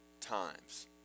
times